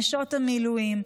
נשות המילואים,